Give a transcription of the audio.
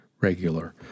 regular